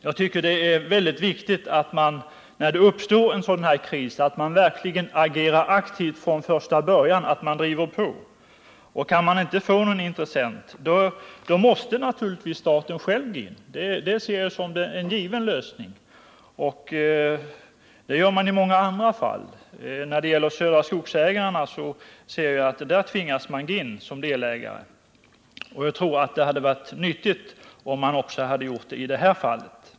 Jag tycker att det är mycket viktigt, när det uppstår en sådan här kris, att man verkligen agerar aktivt från första början, att man driver på. Kan man inte få någon intressent, måste naturligtvis staten själv gå in — det ser jag som en given lösning. Så gör man i många fall. När det gäller Södra Skogsägarna tvingas man gå in som delägare, och jag tror att det hade varit nyttigt om man också hade gjort det i det här fallet.